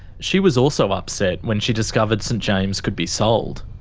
she was also upset when she discovered st james could be sold.